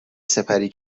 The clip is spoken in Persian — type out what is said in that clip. سپری